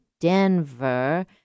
Denver